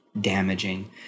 damaging